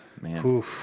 man